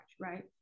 right